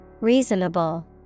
Reasonable